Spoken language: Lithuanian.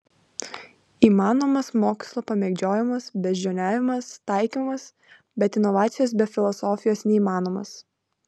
įmanomas mokslo pamėgdžiojimas beždžioniavimas taikymas bet inovacijos be filosofijos neįmanomos